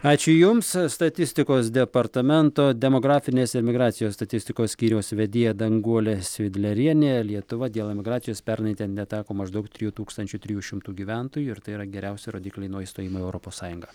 ačiū jums statistikos departamento demografinės emigracijos statistikos skyriaus vedėja danguolė svidlerienė lietuva dėl emigracijos pernai ten neteko maždaug trijų tūkstančių trijų šimtų gyventojų ir tai yra geriausi rodikliai nuo įstojimo į europos sąjungą